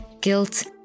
guilt